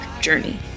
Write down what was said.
journey